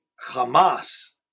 Hamas